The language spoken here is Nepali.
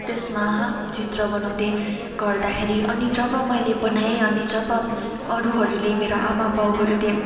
त्यसमा चित्र बनाउँदै गर्दाखेरि अनि जब मैले बनाएँ अनि जब अरूहरूले मेरो आमा बाउहरूले